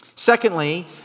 Secondly